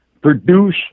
produce